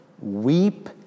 Weep